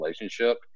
relationship